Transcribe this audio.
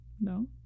no